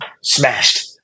smashed